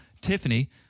Tiffany